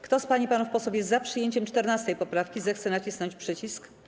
Kto z pań i panów posłów jest za przyjęciem 14. poprawki, zechce nacisnąć przycisk.